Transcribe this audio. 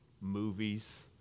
movies